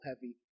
heavy